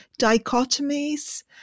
dichotomies